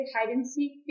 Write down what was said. hide-and-seek